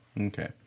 Okay